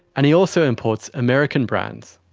and he also imports american brands.